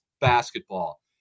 basketball